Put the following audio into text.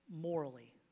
morally